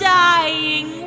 dying